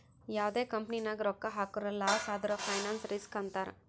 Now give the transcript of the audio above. ಯಾವ್ದೇ ಕಂಪನಿ ನಾಗ್ ರೊಕ್ಕಾ ಹಾಕುರ್ ಲಾಸ್ ಆದುರ್ ಫೈನಾನ್ಸ್ ರಿಸ್ಕ್ ಅಂತಾರ್